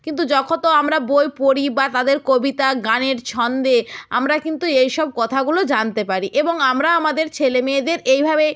কিন্তু যখন তো আমরা বই পড়ি বা তাদের কবিতা গানের ছন্দে আমরা কিন্তু এইসব কথাগুলো জানতে পারি এবং আমরা আমাদের ছেলে মেয়েদের এইভাবে